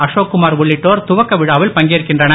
அசோக்குமார் உள்ளிட்டோர் துவக்க விழாவில் பங்கேற்கிறார்கள்